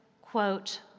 quote